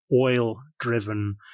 oil-driven